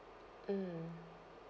mm